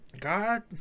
God